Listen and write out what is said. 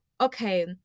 okay